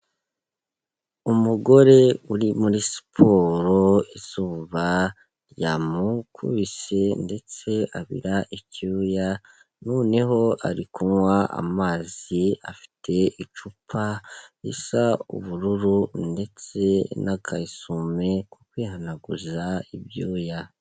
Umugore uri muri siporo, izuba ryamukubise ndetse abira icyuya noneho ari kunywa amazi, afite icupa risa ubururu ndetse n'akayesume ko kwihanaguza ibyuya.